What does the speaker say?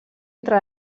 entre